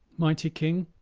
mighty king,